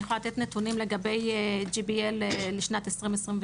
אני יכולה לתת נתונים לגבי GBL לשנת 2022,